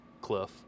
cliff